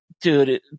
dude